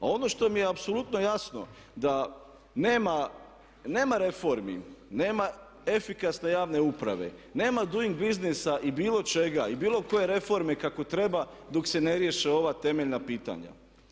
A ono što mi je apsolutno jasno da nema reformi, nema efikasne javne uprave, nema doing businessa i bilo čega, i bilo koje reforme kako treba dok se ne riješe ova temeljna pitanja.